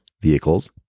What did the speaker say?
vehicles